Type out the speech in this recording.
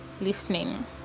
listening